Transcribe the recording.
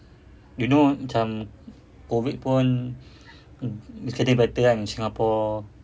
you know macam COVID pun is getting better kan singapore